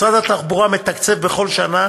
משרד התחבורה מתקצב בכל שנה